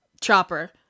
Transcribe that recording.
chopper